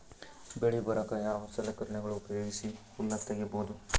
ಬೆಳಿ ಬಳಿಕ ಯಾವ ಸಲಕರಣೆಗಳ ಉಪಯೋಗಿಸಿ ಹುಲ್ಲ ತಗಿಬಹುದು?